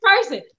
person